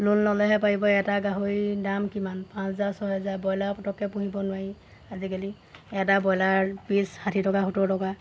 loan ল'লেহে পাৰিব এটা গাহৰি দাম কিমান পাঁচ হাজাৰ ছয় হেজাৰ ব্ৰইলাৰ পটককৈ পুহিব নোৱাৰি আজিকালি এটা ব্ৰইলাৰ পিছ ষাঠি টকা সত্তৰ টকা